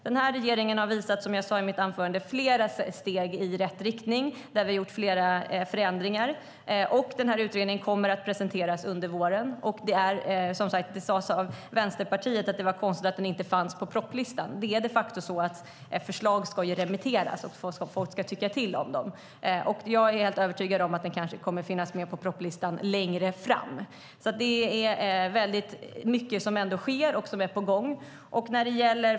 Den här regeringen har, som jag sade i mitt anförande, tagit flera steg i rätt riktning. Vi har gjort flera förändringar. Utredningen kommer att presenteras under våren. Det sades från Vänsterpartiets sida att det var konstigt att frågan inte fanns med i listan över propositioner. Det är de facto så att ett förslag ska remitteras, och folk ska tycka till om det. Jag är helt övertygad om att den längre fram kommer att finnas med på listan över propositioner. Det är väldigt mycket som sker och är på gång.